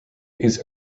these